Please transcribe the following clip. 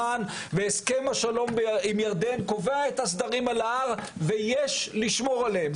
הסכם השלום עם ירדן קובע את הסדרים על ההר ויש לשמור עליהם.